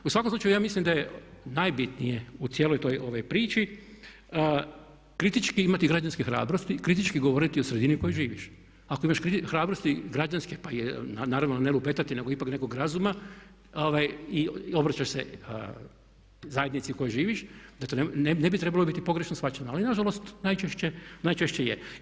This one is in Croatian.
U svakom slučaju ja mislim da je najbitnije u cijeloj toj priči kritički imati građanske hrabrosti, kritički govoriti o sredini u kojoj živiš, ako imaš hrabrosti građanske, naravno ne lupetati nego ipak nekog razuma i obraćaš se zajednici kojoj živiš da to ne bi trebalo biti pogrešno shvaćano, ali nažalost najčešće je.